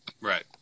Right